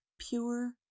pure